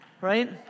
right